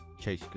Chase